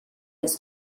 was